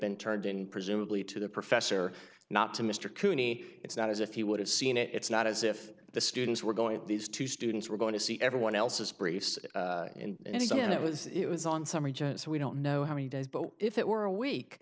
been turned in presumably to the professor not to mr cooney it's not as if he would have seen it it's not as if the students were going to these two students were going to see everyone else's briefs and again it was it was on some regents we don't know how many days but if it were a week